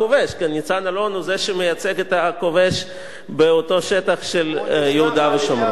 ניצן אלון הוא זה שמייצג את הכובש באותו שטח של יהודה ושומרון.